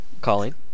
Colleen